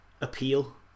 appeal